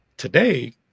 today